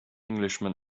englishman